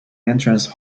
entrance